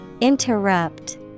Interrupt